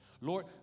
Lord